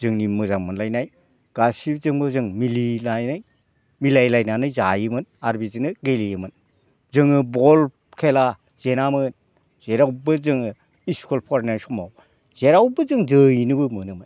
जोंनि मोजांमोनलायनाय गासैजोंबो जों मिलिलायनाय मिलायलायनानै जायोमोन आरो बिदिनो गेलेयोमोन जोङो बल खेला जेनामोन जेरावबो जोङो स्कुल फरायनाय समाव जेरावबो जों जोहैनोबो मोनोमोन